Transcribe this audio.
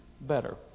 better